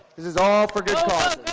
this is all for good causes.